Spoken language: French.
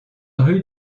rue